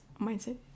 mindset